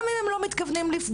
גם אם הם לא מתכוונים לפגוע,